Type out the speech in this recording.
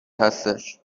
هستش